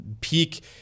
peak